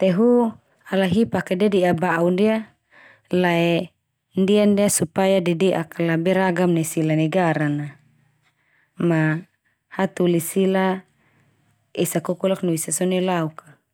te hu ala hi pake dede'a ba'u ndia lae ndia-ndia supaya dede'ak kala beragam nai sila negara na. Ma hatoli sila esa kokolak no esa so na neulauk ka.